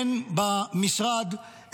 הן במשרד,